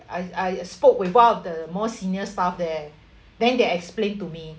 I I spoke with one of the most senior staff there then they explain to me